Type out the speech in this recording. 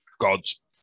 God's